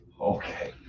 Okay